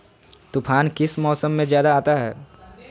तूफ़ान किस मौसम में ज्यादा आता है?